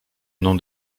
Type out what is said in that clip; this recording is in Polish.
mną